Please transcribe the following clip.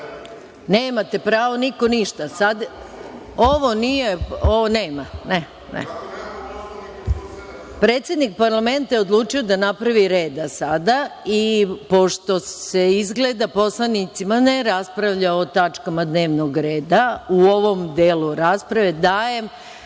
rekao?)Nemate pravo, niko ništa sada. Predsednik parlamenta je odlučio da napravi red sada i pošto se izgleda poslanicima ne raspravlja o tačkama dnevnog reda u ovom delu rasprave, dajem